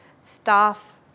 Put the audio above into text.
staff